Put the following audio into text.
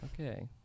okay